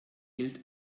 gilt